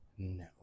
no